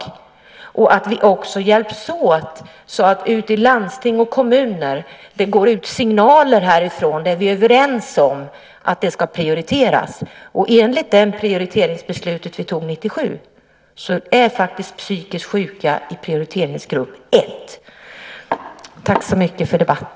Jag hoppas att vi kan hjälpas åt så att det går ut signaler härifrån till landsting och kommuner om att vi är överens om att detta ska prioriteras. Enligt det prioriteringsbeslut vi fattade 1997 är faktiskt psykiskt sjuka i prioriteringsgrupp 1.